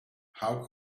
how